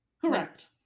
Correct